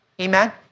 Amen